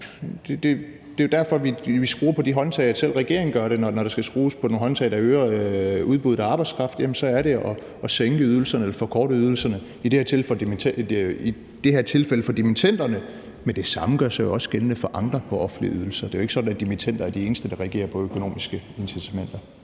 det er jo derfor, vi skruer på de håndtag. Selv regeringen gør det. Når der skal skrues på nogle håndtag, der øger udbuddet af arbejdskraft, er det ved at sænke ydelserne eller forkorte ydelserne, i det her tilfælde for dimittenderne. Men det samme gør sig også gældende for andre på offentlige ydelser. Det er jo ikke sådan, at dimittender er de eneste, der reagerer på økonomiske incitamenter.